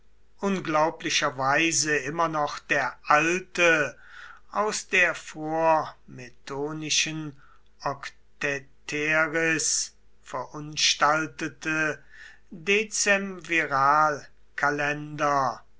unglaublicherweise immer noch der alte aus der vormetonischen oktaeteris verunstaltete